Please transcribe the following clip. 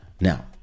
Now